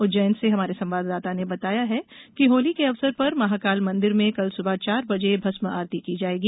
उज्जैन से हमारे संवाददाता ने बताया है कि होली के अवसर पर महाकाल मंदिर में कल सुबह चार बजे भस्म आरती की जाएगी